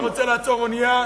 מי שרוצה לעצור אונייה,